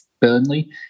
Burnley